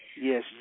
Yes